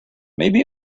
maybe